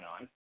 on